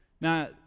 Now